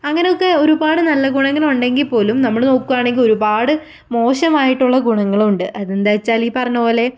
അങ്ങനെയൊക്കെ ഒരുപാട് നല്ല ഗുണങ്ങൾ ഉണ്ടെങ്കിൽ പോലും നമ്മൾ നോക്കുകയാണെങ്കിൽ ഒരുപാട് മോശമായിട്ടുള്ള ഗുണങ്ങളും ഉണ്ട് എന്താച്ചാൽ ഈ പറഞ്ഞ പോലെ